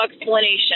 explanation